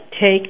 Take